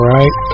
Right